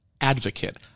advocate